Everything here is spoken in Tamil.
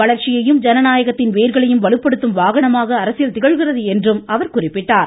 வளர்ச்சியையும் ஜனநாயகத்தின் வேர்களையும் வலுப்படுத்தும் வாகனமாக அரசியல் திகழ்கிறது என்றும் அவர் குறிப்பிட்டார்